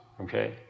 okay